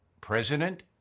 President